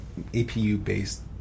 APU-based